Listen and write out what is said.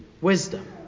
wisdom